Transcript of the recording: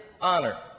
honor